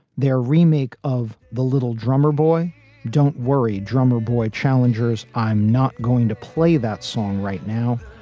their remake of the little drummer boy don't worry, drummer boy challengers i'm not going to play that song right now.